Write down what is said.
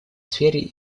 сфере